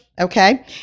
Okay